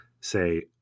say